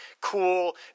cool